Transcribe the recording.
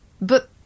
But